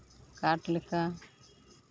ᱠᱟᱴᱷ ᱞᱮᱠᱟ